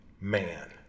man